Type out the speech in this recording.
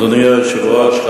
אדוני היושב-ראש,